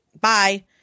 Bye